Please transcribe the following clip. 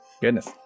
Goodness